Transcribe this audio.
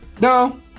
No